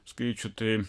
skaičių tai